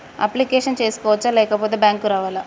Application చేసుకోవచ్చా లేకపోతే bank రావాలా?